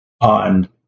on